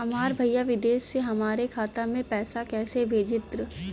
हमार भईया विदेश से हमारे खाता में पैसा कैसे भेजिह्न्न?